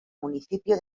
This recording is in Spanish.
municipio